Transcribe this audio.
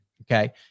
Okay